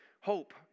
hope